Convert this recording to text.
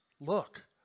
look